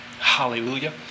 Hallelujah